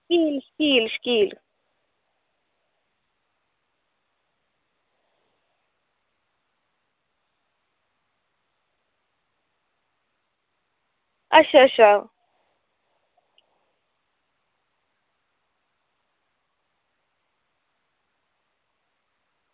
शकील शकील शकील अच्छा अच्छा अच्छा